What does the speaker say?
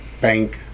bank